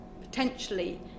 potentially